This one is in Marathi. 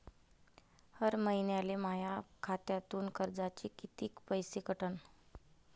हर महिन्याले माह्या खात्यातून कर्जाचे कितीक पैसे कटन?